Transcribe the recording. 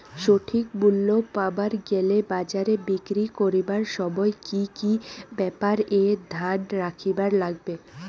সঠিক মূল্য পাবার গেলে বাজারে বিক্রি করিবার সময় কি কি ব্যাপার এ ধ্যান রাখিবার লাগবে?